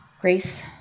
Grace